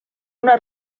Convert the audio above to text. una